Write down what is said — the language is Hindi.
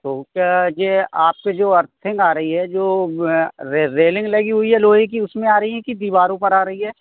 तो क्या जी ये आप के जो अर्थिंग आ रही है जो है रेलिंग लगी हुई है लोहे की उस में आ रही है कि दीवारों पर आ रही है